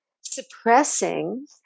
suppressing